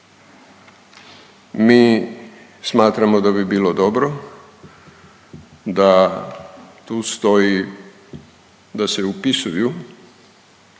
Mi smatramo da bi bilo dobro da tu stoji da se upisuju,